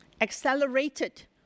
accelerated